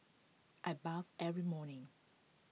I bath every morning